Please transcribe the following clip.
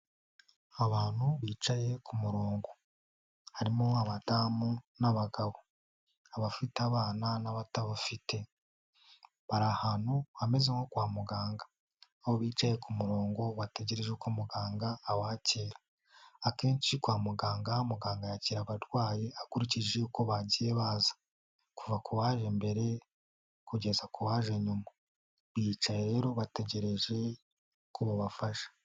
Abantu bicaye ku murongo harimo abadamu n'abagabo abafite abana n'abatabafite, bari ahantu hameze nko kwa muganga aho bicaye ku murongo bategereje ko muganga abakira. Akenshi kwa muganga muganga yakira abarwayi akurikije uko bagiye baza, kuva k'uwaje mbere kugeza ku waje nyuma, bicaye rero bategereje ko babafasha.